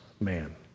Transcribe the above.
man